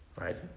right